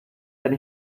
wenn